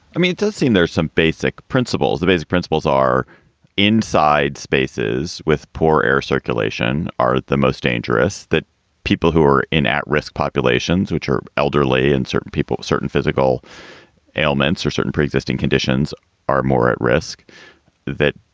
i mean, it does seem there's some basic principles. the basic principles are inside. spaces with poor air circulation are the most dangerous that people who are in at risk populations which are elderly and certain people, certain physical ailments or certain preexisting conditions are more at risk that,